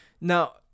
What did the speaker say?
Now